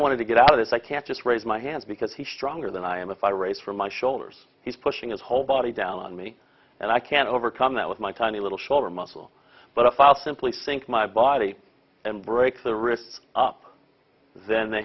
want to get out of this i can't just raise my hand because he's stronger than i am if i raise from my shoulders he's pushing his whole body down on me and i can't overcome that with my tiny little shoulder muscle but if i'll simply sink my body and break the wrists up then the